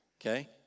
okay